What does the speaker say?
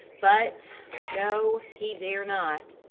but no, he dare not.